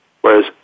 Whereas